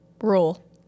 rule